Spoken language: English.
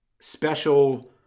special